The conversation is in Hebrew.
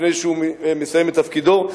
לפני שהוא מסיים את תפקידו,